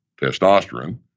testosterone